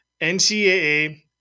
NCAA